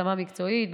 בהשמה מקצועית,